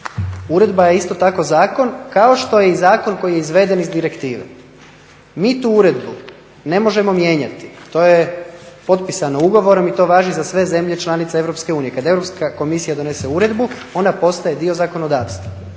uredba je isto tako zakon kao što je i zakon koji je izveden iz direktive. Mi tu uredbu ne možemo mijenjati, to je potpisano ugovorom i to važi za sve zemlje članice Europske unije. Kad Europska komisija donese uredbu ona postaje dio zakonodavstva,